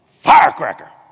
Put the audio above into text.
Firecracker